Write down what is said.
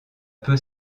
peu